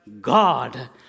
God